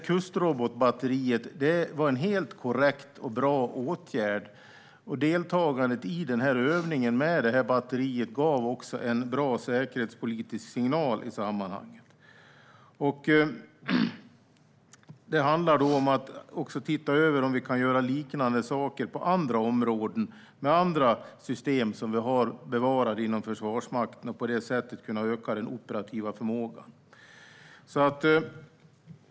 Kustrobotbatteriet var en helt korrekt och bra åtgärd, och deltagandet i övningen med batteriet gav också en bra säkerhetspolitisk signal i sammanhanget. Det handlar också om att se över om vi kan göra liknande saker på andra områden med andra system som vi har bevarade inom Försvarsmakten och på det sättet öka den operativa förmågan.